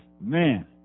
Man